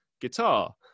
guitar